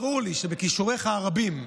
ברור לי שבכישוריך הרבים,